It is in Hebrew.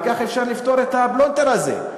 וכך אפשר לפתור את הפלונטר הזה.